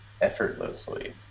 effortlessly